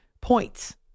points